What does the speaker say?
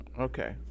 Okay